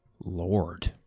Lord